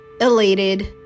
elated